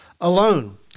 alone